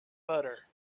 butter